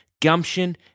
Gumption